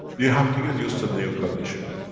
you have to get used to new conditions,